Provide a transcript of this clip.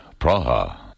Praha